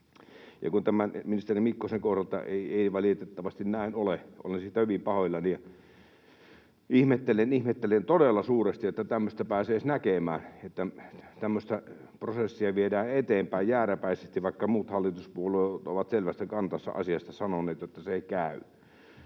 kun tämä ministeri Mikkosen kohdalta ei valitettavasti näin ole, niin olen siitä hyvin pahoillani ja ihmettelen, ihmettelen todella suuresti, että tämmöistä pääsee edes näkemään, että tämmöistä prosessia viedään eteenpäin jääräpäisesti, vaikka muut hallituspuolueet ovat selvästi kantansa asiassa sanoneet, että se ei käy.